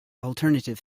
alternative